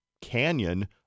canyon